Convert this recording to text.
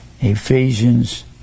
Ephesians